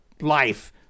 life